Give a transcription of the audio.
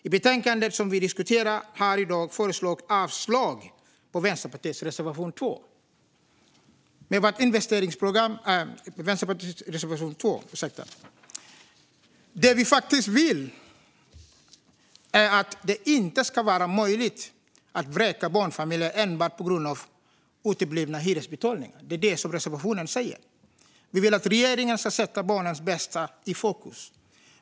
I betänkandet som vi diskuterar här i dag föreslås avslag på Vänsterpartiets reservation 2. Det vi faktiskt vill är att det inte ska vara möjligt att vräka barnfamiljer enbart på grund av uteblivna hyresbetalningar. Det är det reservationen säger. Vi vill att regeringen ska sätta barnens bästa i fokus.